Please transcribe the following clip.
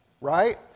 right